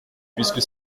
puisque